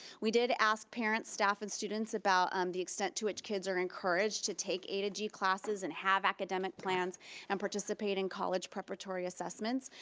we did ask parents, staff, and students about um the extent to which kids are encouraged to take a to g classes and have academic plans and participate in college preparatory assessments,